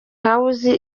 house